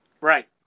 Right